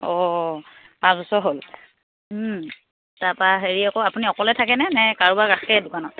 অঁ পাঁচ বছৰ হ'ল তাৰপৰা হেৰি আকৌ আপুনি অকলে থাকেনে নে কাৰোবাক ৰাখে দোকানত